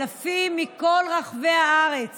אלפים מכל רחבי הארץ